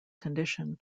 condition